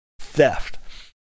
theft